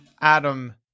Adam